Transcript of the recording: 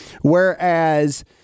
whereas